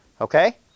Okay